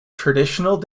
traditional